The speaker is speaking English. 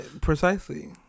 precisely